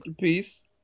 peace